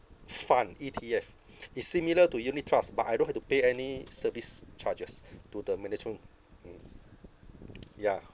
fund E_T_F it's similar to unit trust but I don't have to pay any service charges to the management mm ya